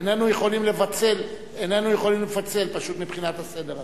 איננו יכולים לפצל מבחינת הסדר הטוב.